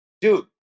Dude